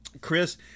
Chris